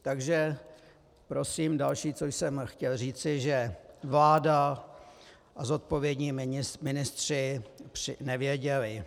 Takže prosím další, co jsem chtěl říci, že vláda a zodpovědní ministři nevěděli.